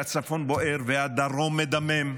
כשהצפון בוער והדרום מדמם,